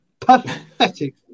Pathetic